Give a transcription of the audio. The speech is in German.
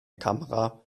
kamera